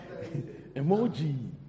emoji